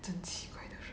真奇怪的人